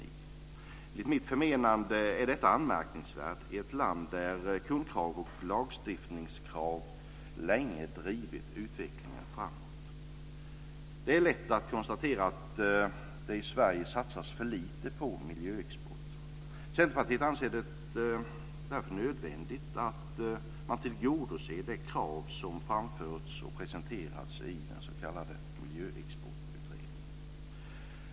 Enligt mitt förmenande är detta anmärkningsvärt i ett land där kundkrav och lagstiftningskrav länge drivit utvecklingen framåt. Det är lätt att konstatera att det i Sverige satsas för lite på miljöexport. Centerpartiet anser det därför nödvändigt att man tillgodoser de krav som framförts och presenterats i den s.k. Miljöexportutredningen.